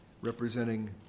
representing